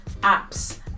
apps